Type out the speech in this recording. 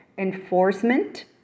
enforcement